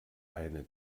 eine